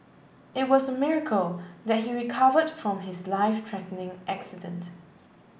it was a miracle that he recovered from his life threatening accident